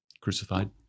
crucified